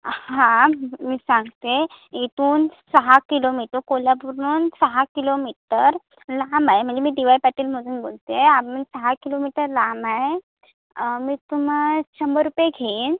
हां मी सांगते इथून सहा किलोमीटर कोल्हापूरहून सहा किलोमीटर लांब आहे म्हणजे मी डी वाय पाटीलमधून बोलते आहे आम्ही सहा किलोमीटर लांब आहे मी तुम शंभर रुपये घेईन